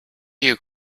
you